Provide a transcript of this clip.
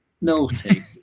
Naughty